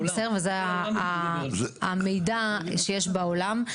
זה המידע שיש בעולם.